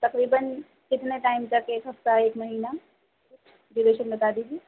تقریباً کتنے ٹائم تک ایک ہفتہ ایک مہینہ جی یہ سب بتا دیجیے